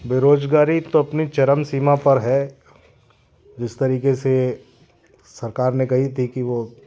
बेरोजगारी तो अपनी चरम सीमा पर है जिस तरीके से सरकार ने कही थी कि वो